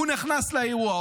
הוא נכנס לאירוע.